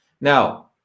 Now